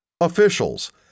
Officials